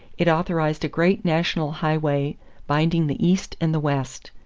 it authorized a great national highway binding the east and the west.